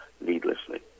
needlessly